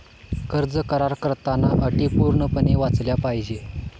कर्ज करार करताना अटी पूर्णपणे वाचल्या पाहिजे